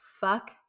fuck